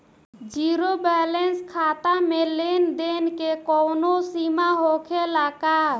Zero balance खाता में लेन देन के कवनो सीमा होखे ला का?